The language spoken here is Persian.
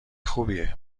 خوبیه